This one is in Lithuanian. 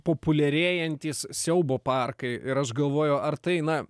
populiarėjantys siaubo parkai ir aš galvoju ar tai na